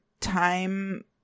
time